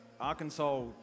Arkansas